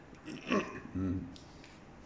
mm